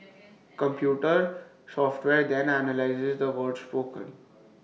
computer software then analyses the words spoken